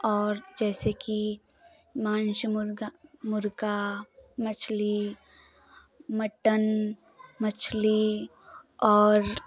और जैसे कि मांस मुर्ग़ा मुर्ग़ा मछली मटन मछली और